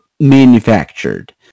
manufactured